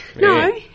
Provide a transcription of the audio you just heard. No